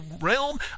realm